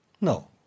No